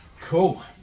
Cool